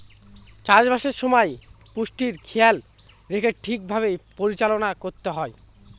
চাষবাসের সময় পুষ্টির খেয়াল রেখে ঠিক ভাবে পরিচালনা করতে হয়